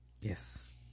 Yes